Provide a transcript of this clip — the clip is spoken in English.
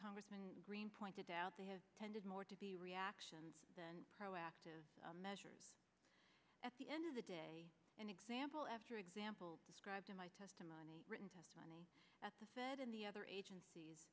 congressman green pointed out they have tended more to be reactions than proactive measures at the end of the day and example after example described in my testimony written testimony at the said in the other agencies